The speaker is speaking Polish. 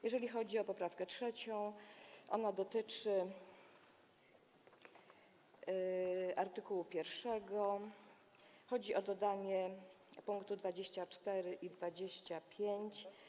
Jeżeli chodzi o poprawkę 3., to ona dotyczy art. 1. Chodzi o dodanie pkt 24 i 25.